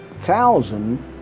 thousand